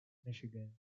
michigan